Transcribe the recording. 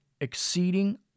exceeding